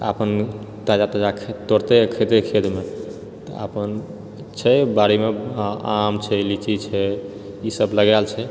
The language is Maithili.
अपन ताजा ताजा तोड़तेै आओर खेतय खेतमे तऽ अपन छै बाड़ीमे आमछै लीची छै ईसब लगाएल छै